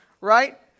right